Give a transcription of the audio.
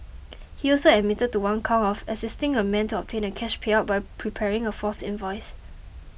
he also admitted to one count of assisting a man to obtain a cash payout by preparing a false invoice